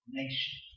nation